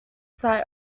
site